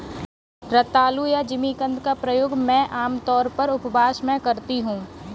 रतालू या जिमीकंद का प्रयोग मैं आमतौर पर उपवास में करती हूँ